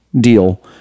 deal